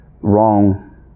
wrong